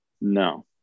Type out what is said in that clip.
No